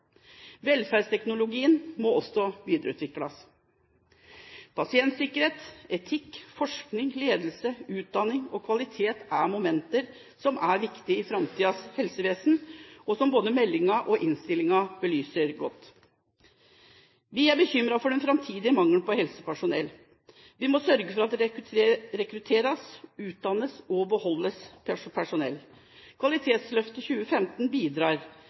Velferdsteknologien må også videreutvikles. Pasientsikkerhet, etikk, forskning, ledelse, utdanning og kvalitet er momenter som er viktige i framtidens helsevesen, og som både meldingen og innstillingen belyser godt. Vi er bekymret for den framtidige mangel på helsepersonell. Vi må sørge for at det rekrutteres, utdannes og beholdes personell. Kvalitetsløftet 2015 bidrar,